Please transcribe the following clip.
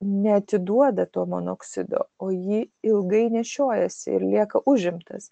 neatiduoda to monoksido o jį ilgai nešiojasi ir lieka užimtas